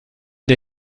der